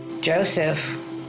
Joseph